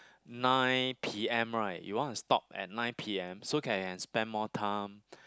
nine P_M right you want to stop at nine P_M so can spend more time